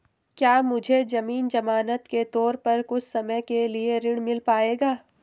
क्या मुझे ज़मीन ज़मानत के तौर पर कुछ समय के लिए ऋण मिल पाएगा?